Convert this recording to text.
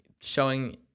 showing